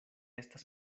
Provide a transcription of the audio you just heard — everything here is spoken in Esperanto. estas